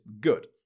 good